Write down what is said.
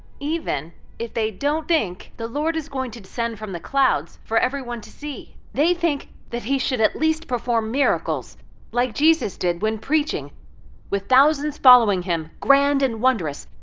even if they don't think the lord is going to descend from the clouds for everyone to see, they think that he should at least perform miracles like jesus did when preaching with thousands following him grand and wondrous,